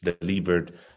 delivered